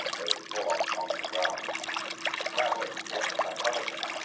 they fall off onto the ground and she's scrabbling to get them back on again.